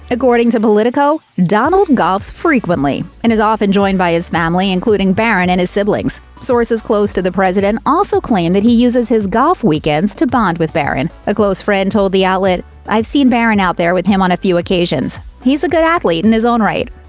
according to politico, donald golfs frequently, and is often joined by his family, including barron and his siblings. sources close to the president also claimed that he uses his golf weekends to bond with barron. a close friend told the outlet, i've seen barron out there with him on a few occasions. he's a good athlete and his own right.